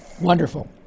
wonderful